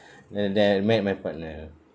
that that I met my partner